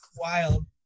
Wild